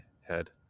head